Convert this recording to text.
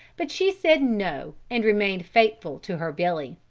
but she said no and remained faithful to her billy.